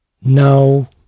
No